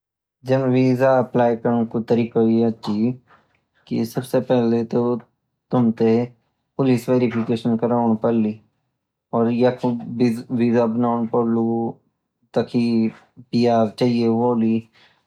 जब visa apply करणु की तरीका या ची की सबसे पहले तो तुम तै पुलिस वारीफिकेशन करोनि पडली और त्याख वीसा बनों पड़लू ताकि पियर चाहिए होली